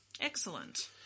Excellent